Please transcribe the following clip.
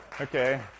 Okay